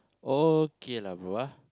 okay lah bro